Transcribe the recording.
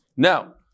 Now